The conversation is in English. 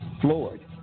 floored